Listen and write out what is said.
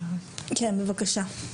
כן בבקשה.